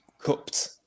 cupped